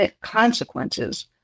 consequences